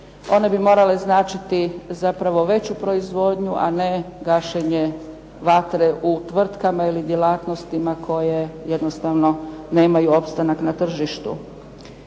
One bi morale značiti zapravo veću proizvodnju, a ne gašenje vatre u tvrtkama ili djelatnostima koje jednostavno nemaju opstanak na tržištu.